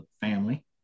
family